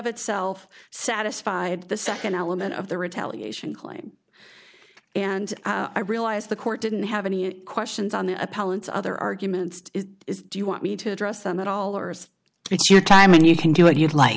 itself satisfied the second element of the retaliation claim and i realize the court didn't have any questions on the appellant's other arguments is do you want me to address them at all or is it your time and you can do what you'd like